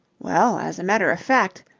well, as a matter of fact,